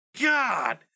God